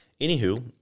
Anywho